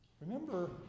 Remember